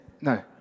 No